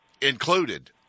included